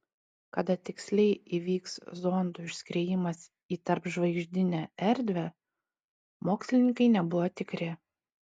kada tiksliai įvyks zondų išskriejimas į tarpžvaigždinę erdvę mokslininkai nebuvo tikri